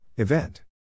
Event